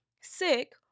sick